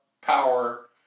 power